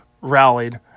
rallied